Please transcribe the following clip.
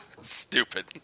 Stupid